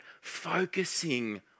focusing